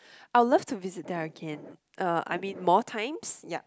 I would love to visit there again uh I mean more times ya